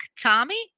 Tommy